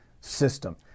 system